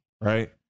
right